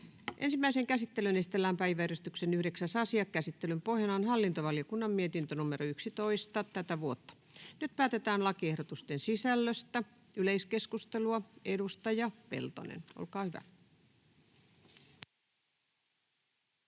Ensimmäiseen käsittelyyn esitellään päiväjärjestyksen 9. asia. Käsittelyn pohjana on hallintovaliokunnan mietintö HaVM 11/2023 vp. Nyt päätetään lakiehdotusten sisällöstä. — Yleiskeskustelua, edustaja Peltonen, olkaa hyvä.